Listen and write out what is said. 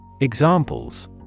Examples